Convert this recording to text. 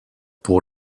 pour